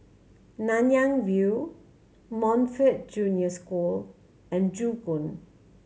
Nanyang View Montfort Junior School and Joo Koon